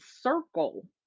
circle